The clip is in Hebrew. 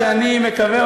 שאני מקווה,